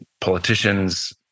politicians